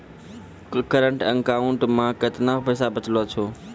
Current account मे केतना पैसा बचलो छै?